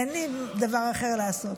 אין לי דבר אחר לעשות.